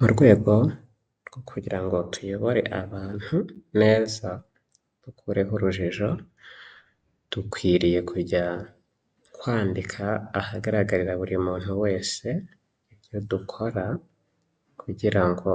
Mu rwego rwo kugira ngo tuyobore abantu neza dukureho urujijo, dukwiriye kujya twandika ahagaragarira buri muntu wese ibyo dukora, kugira ngo